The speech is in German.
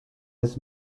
des